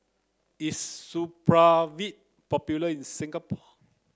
is Supravit popular in Singapore